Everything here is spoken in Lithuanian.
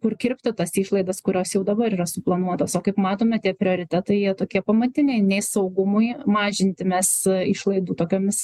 kur kirpti tas išlaidas kurios jau dabar yra suplanuotos o kaip matome tie prioritetai jie tokie pamatiniai nei saugumui mažinti mes išlaidų tokiomis